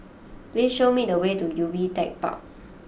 please show me the way to Ubi Tech Park